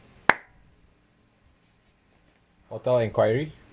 hotel inquiry